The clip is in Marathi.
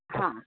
हां